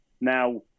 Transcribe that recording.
Now